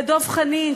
לדב חנין,